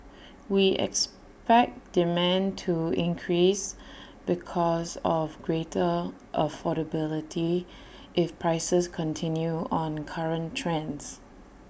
we expect demand to increase because of greater affordability if prices continue on current trends